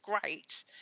great